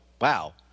wow